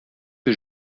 que